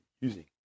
using